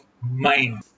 mind